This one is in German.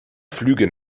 flüge